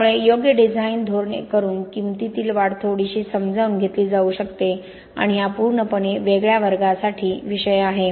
त्यामुळे योग्य डिझाईन धोरणे करून किमतीतील वाढ थोडीशी सामावून घेतली जाऊ शकते आणि हा पूर्णपणे वेगळ्या वर्गासाठी विषय आहे